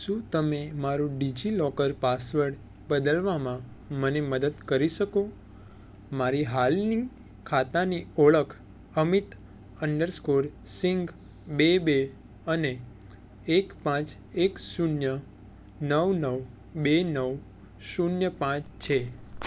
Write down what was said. શું તમે મારો ડિજિલોકર પાસવડ બદલવામાં મને મદદ કરી શકો મારી હાલની ખાતાની ઓળખ અમિત અન્ડરસ્કોર સિંઘ બે બે અને એક પાંચ એક શૂન્ય નવ નવ બે નવ શૂન્ય પાંચ છે